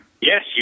Yes